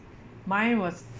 mine was